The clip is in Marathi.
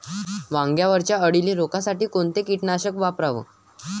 वांग्यावरच्या अळीले रोकासाठी कोनतं कीटकनाशक वापराव?